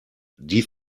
die